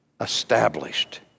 established